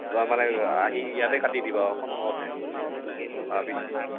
তাৰমানে আহি ইয়াতে কাটি দিবা সন্মুখতে ভাবিছোঁ